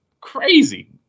crazy